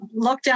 lockdown